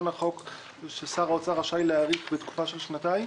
החוק זה ששר האוצר רשאי להאריך לתקופה של שנתיים,